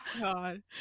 God